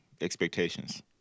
expectations